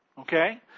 Okay